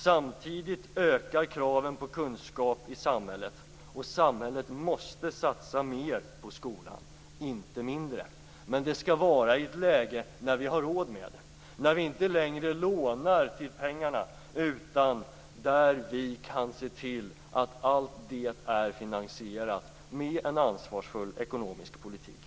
Samtidigt ökar kraven på kunskap i samhället. Samhället måste satsa mera på skolan, inte mindre. Men det skall ske i ett läge där vi har råd med det, där vi inte längre lånar pengarna utan där vi kan se till att allt är finansierat med en ansvarsfull ekonomisk politik.